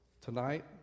tonight